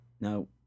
now